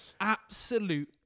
absolute